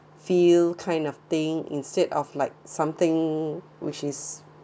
feel kind of thing instead of like something which is